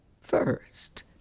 first